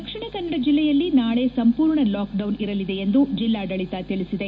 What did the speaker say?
ದಕ್ಷಿಣ ಕನ್ನಡ ಜಿಲ್ಲೆಯಲ್ಲಿ ನಾಳೆ ಸಂಪೂರ್ಣ ಲಾಕ್ ಡೌನ್ ಇರಲಿದೆ ಎಂದು ಜಿಲ್ಲಾಡಳಿತ ತಿಳಿಸಿದೆ